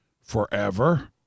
forever